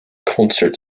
concert